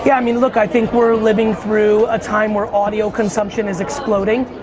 yeah i mean look, i think we're living through a time where audio consumption is exploding.